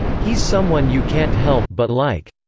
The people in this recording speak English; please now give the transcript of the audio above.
he's someone you can't help but like.